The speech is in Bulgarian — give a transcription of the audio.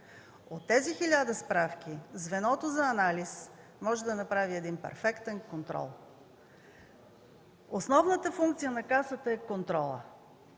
От тези хиляда справки Звеното за анализ може да направи един перфектен контрол. Основната функция на Касата е контролът.